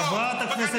חוצפן.